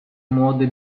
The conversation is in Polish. młody